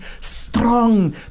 strong